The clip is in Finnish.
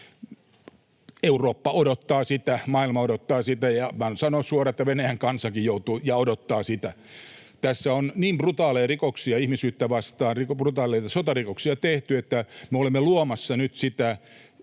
Eurooppa odottaa sitä, maailma odottaa sitä, ja minä nyt sanon suoraan, että Venäjän kansakin joutuu odottamaan sitä. Tässä on tehty niin brutaaleja sotarikoksia ihmisyyttä vastaan, että me olemme luomassa nyt